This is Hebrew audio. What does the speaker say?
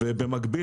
ובמקביל,